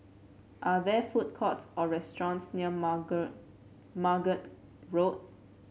are there food courts or restaurants near Margate Margate Road